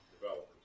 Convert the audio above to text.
developers